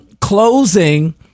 closing